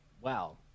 Wow